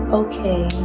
okay